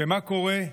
ומה קורה?